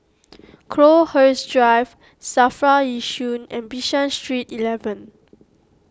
Crowhurst Drive Safra Yishun and Bishan Street Eeleven